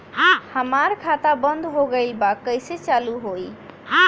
हमार खाता बंद हो गइल बा कइसे चालू होई?